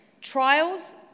trials